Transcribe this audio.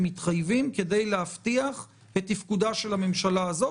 מתחייבים כדי להבטיח את תפקודה של הממשלה הזאת.